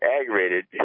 aggravated